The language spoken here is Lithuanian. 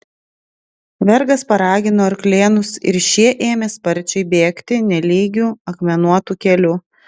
vergas paragino arklėnus ir šie ėmė sparčiai bėgti nelygiu akmenuotu keliu